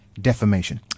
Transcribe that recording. defamation